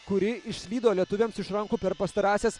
kuri išslydo lietuviams iš rankų per pastarąsias